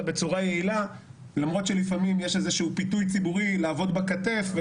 בצורה יעילה למרות שיש פיתוי ציבורי לעבוד בכתף,